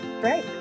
Great